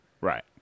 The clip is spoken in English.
Right